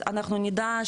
אנחנו נדע,